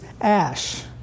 ash